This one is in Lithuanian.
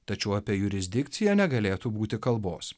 tačiau apie jurisdikciją negalėtų būti kalbos